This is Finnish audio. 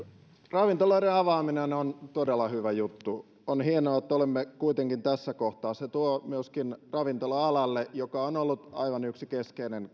ravintoloiden avaaminen on todella hyvä juttu on hienoa että olemme kuitenkin tässä kohtaa se tuo myöskin ravintola alalle joka on ollut aivan yksi keskeinen